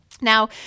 Now